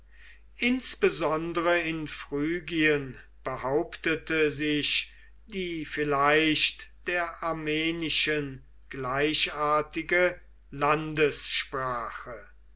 insbesondere in phrygien behauptete sich die vielleicht der armenischen gleichartige